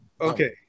Okay